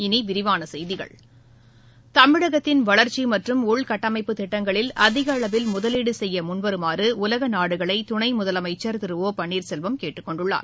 இனி விரிவான செய்திகள் தமிழகத்தின் வளர்ச்சி மற்றும் உள்கட்டமைப்புத் திட்டங்களில் அதிகளவில் முதலீடு செய்ய வருமாறு உலக நாடுகளை துணை முதலமைச்சர் திரு ஒ பன்னீர்செல்வம் கேட்டுக் கொண்டுள்ளார்